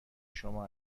شما